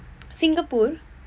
Singapore